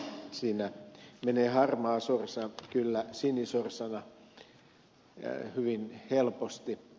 siinä menee harmaasorsa kyllä sinisorsana hyvin helposti